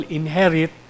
inherit